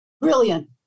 brilliant